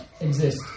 exist